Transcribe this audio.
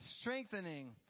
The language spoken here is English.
Strengthening